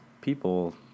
people